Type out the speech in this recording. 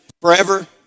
forever